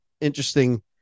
Interesting